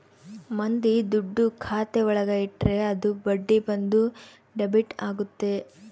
ಮಂದಿ ದುಡ್ಡು ಖಾತೆ ಒಳಗ ಇಟ್ರೆ ಅದು ಬಡ್ಡಿ ಬಂದು ಡೆಬಿಟ್ ಆಗುತ್ತೆ